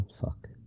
Fuck